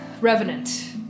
Revenant